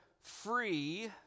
free